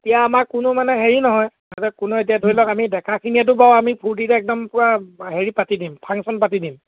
এতিয়া আমাৰ কোনো মানে হেৰি নহয় তাতে কোনো এতিয়া ধৰি লওক আমি ডেকাখিনিয়েতো বাৰু আমি ফূৰ্তিতে একদম পূৰা হেৰি পাতি দিম ফাংচন পাতি দিম